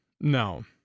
no